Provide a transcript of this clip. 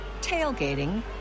tailgating